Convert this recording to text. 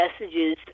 messages